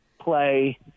play